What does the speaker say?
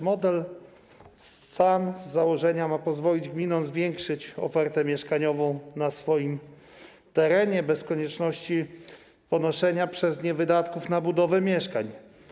Model SAN z założenia ma pozwolić gminom zwiększyć ofertę mieszkaniową na swoim terenie bez konieczności ponoszenia przez nie wydatków na budowę mieszkań.